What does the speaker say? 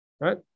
right